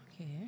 Okay